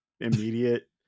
immediate